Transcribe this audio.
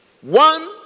One